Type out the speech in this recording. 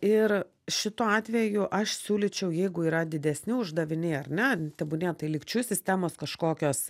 ir šituo atveju aš siūlyčiau jeigu yra didesni uždaviniai ar ne tebūnie tai lygčių sistemos kažkokios